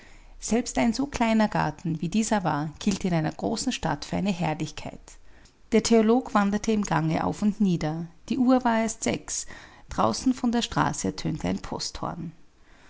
selbst ein so kleiner garten wie dieser war gilt in einer großen stadt für eine herrlichkeit der theolog wanderte im gange auf und nieder die uhr war erst sechs draußen von der straße ertönte ein posthorn